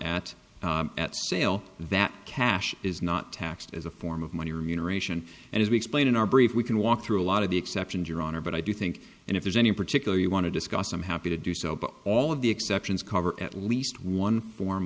at at sale that cash is not taxed as a form of money remuneration and as we explained in our brief we can walk through a lot of the exceptions your honor but i do think and if there's any particular you want to discuss i'm happy to do so but all of the exceptions cover at least one form